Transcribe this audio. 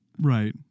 Right